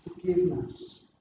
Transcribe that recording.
forgiveness